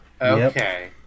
okay